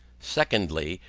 secondly.